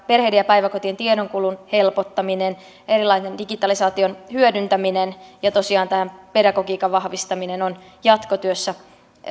perheiden ja päiväkotien tiedonkulun helpottaminen erilainen digitalisaation hyödyntäminen ja tosiaan tämä pedagogiikan vahvistaminen on jatkotyössä